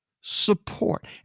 Support